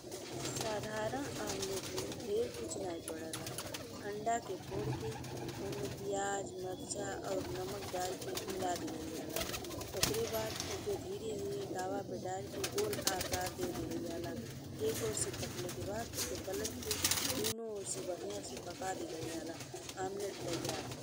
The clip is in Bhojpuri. साधारण आमलेट में ढेर कुछ नहीं पड़े़ला। अंडा के फोड़ के ओमे पियाज, मर्चा और नमक डारि के मिला दिआल जाला ओकरा बाद ओकर धीरे धीरे तवा पे डारि के गोल आकार दे दिहल जाला। एक ओर से पकले के बाद ओकर पलट के दोनों ओर से बढ़िया से पका दिआल जाला। आमलेट तैयार बा।